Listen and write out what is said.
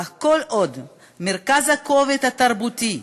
אך כל עוד מרכז הכובד התרבותי,